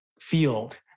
field